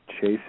chase